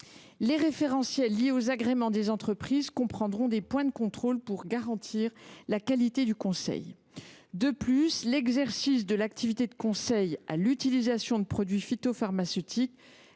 Les référentiels liés aux agréments des entreprises comporteraient des points de contrôle, qui garantiraient la qualité du conseil. De plus, l’exercice de l’activité de conseil à l’utilisation de produits phytopharmaceutiques